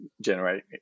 generate